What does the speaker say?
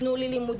תנו לי לימודים,